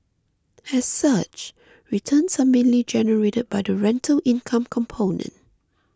as such returns are mainly generated by the rental income component